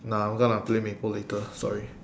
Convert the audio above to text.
nah I'm gonna play maple later sorry